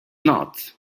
not